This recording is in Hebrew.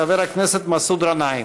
חבר הכנסת מסעוד גנאים.